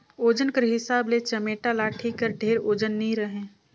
ओजन कर हिसाब ले चमेटा लाठी हर ढेर ओजन नी रहें